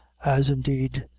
as, indeed,